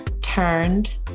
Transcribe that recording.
turned